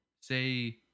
say